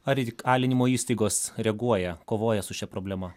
ar įkalinimo įstaigos reaguoja kovoja su šia problema